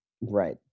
Right